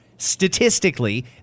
Statistically